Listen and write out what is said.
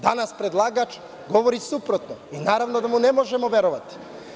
Danas predlagač govori suprotno i naravno da mu ne možemo verovati.